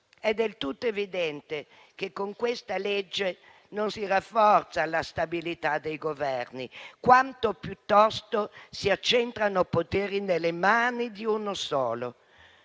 È del tutto evidente che con questa legge non si rafforza la stabilità dei Governi, quanto piuttosto si accentrano poteri nelle mani di uno solo.